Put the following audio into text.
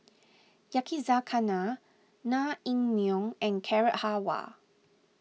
Yakizakana Naengmyeon and Carrot Halwa